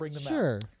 sure